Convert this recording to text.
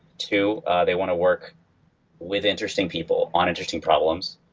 two they want to work with interesting people on interesting problems.